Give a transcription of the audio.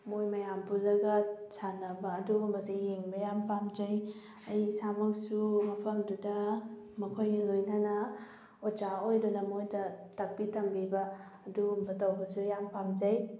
ꯃꯣꯏ ꯃꯌꯥꯝ ꯄꯨꯜꯂꯒ ꯁꯥꯟꯅꯕ ꯑꯗꯨꯒꯨꯝꯕꯁꯦ ꯌꯦꯡꯕ ꯌꯥꯝꯅ ꯄꯥꯝꯖꯩ ꯑꯩ ꯏꯁꯥꯃꯛꯁꯨ ꯃꯐꯝꯗꯨꯗ ꯃꯈꯣꯏꯒ ꯂꯣꯏꯅꯅ ꯑꯣꯖꯥ ꯑꯣꯏꯗꯨꯅ ꯃꯣꯏꯗ ꯇꯥꯛꯄꯤ ꯇꯝꯕꯤꯕ ꯑꯗꯨꯒꯨꯝꯕ ꯇꯧꯕꯁꯨ ꯌꯥꯝꯅ ꯄꯥꯝꯖꯩ